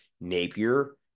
Napier